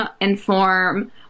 inform